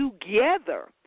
together